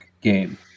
game